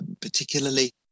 particularly